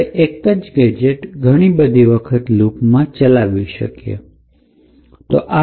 અને આપણે એક જ ગેજેટ ઘણી બધી વખત લુપમાં ચલાવીને જોઈશું